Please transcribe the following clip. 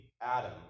Adam